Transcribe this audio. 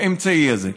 האמצעי הזה.